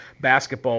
basketball